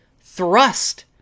thrust